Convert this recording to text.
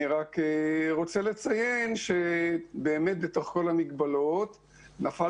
אני רוצה לציין שבאמת בתוך כל המגבלות נפל